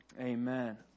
amen